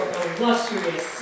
illustrious